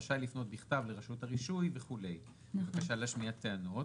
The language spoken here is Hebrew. רשאי לפנות בכתב לרשות הרישוי וכו' בבקשה להשמיע טענות,